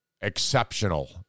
exceptional